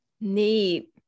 Neat